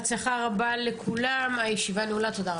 בהצלחה רבה לכולם, הישיבה נעולה, תודה רבה.